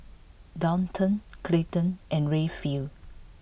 Daulton Clayton and Rayfield